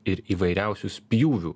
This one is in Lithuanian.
ir įvairiausius spjūvių